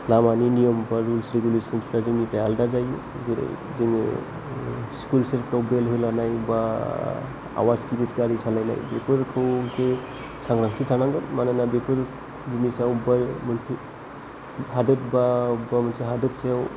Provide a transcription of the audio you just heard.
लामानि नियमफ्रा रुल्स रेगुलेसन्सफ्रा जोंनिफ्राय आलादा जायो जेरै जोङो स्कुल सेरफ्राव बेल होलांनाय बा आवाज गिदिर गारि सालायनाय बेफोरखौ एसे सांग्रांथि थानांगोन मानोना बेफोरनि सायाव पुलिसा मोनफा हादोर बा बबेबा मोनसे हादोरनि सायाव